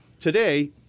today